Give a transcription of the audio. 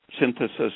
synthesis